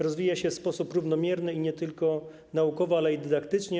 Rozwija się w sposób równomierny, nie tylko naukowo, ale i dydaktycznie.